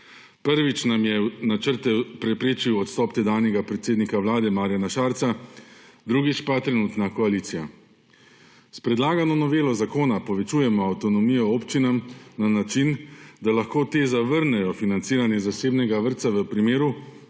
Prvič nam je načrte preprečil odstop tedanjega predsednika Vlade Marjana Šarca, drugič pa trenutna koalicija. S prelagano novelo zakona povečujemo avtonomijo občinam na način, da lahko te zavrnejo financiranje zasebnega vrtca v primeru,